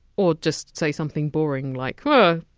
or just say something boring like! um ah